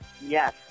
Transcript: Yes